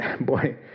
boy